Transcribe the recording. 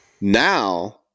Now